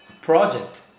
project